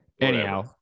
Anyhow